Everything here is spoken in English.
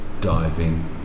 diving